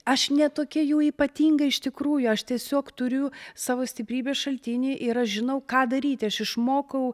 aš ne tokia jau ypatinga iš tikrųjų aš tiesiog turiu savo stiprybės šaltinį ir aš žinau ką daryti aš išmokau